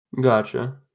Gotcha